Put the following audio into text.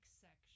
section